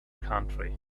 country